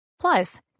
Plus